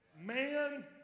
Man